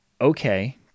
okay